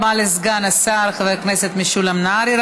תודה רבה לסגן השר חבר הכנסת משולם נהרי.